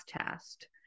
test